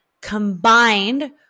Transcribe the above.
combined